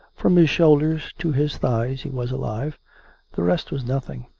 from his shoulders to his thighs he was alive the rest was nothing.